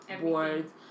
boards